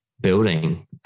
building